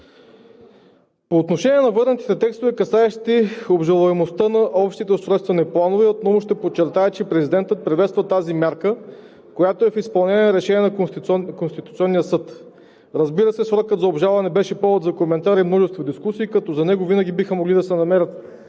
По отношение на върнатите текстове, касаещи обжалваемостта на общите устройствени планове, отново ще подчертая, че президентът приветства тази мярка, която е в изпълнение на решение на Конституционния съд. Разбира се, срокът за обжалване беше повод за коментари и множество дискусии, като за него винаги биха могли да се намерят